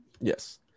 yes